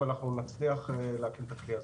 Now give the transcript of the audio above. אבל אנחנו נצליח להקים את הכלי הזה.